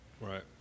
right